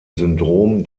syndrom